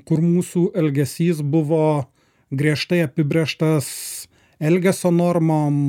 kur mūsų elgesys buvo griežtai apibrėžtas elgesio normom